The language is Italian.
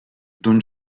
don